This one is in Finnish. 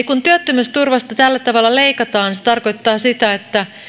kun työttömyysturvasta tällä tavalla leikataan se tarkoittaa sitä että